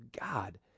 God